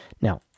Now